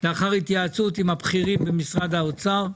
לאחר התייעצות עם הבכירים במשרד האוצר.